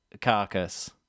carcass